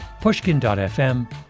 pushkin.fm